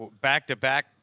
back-to-back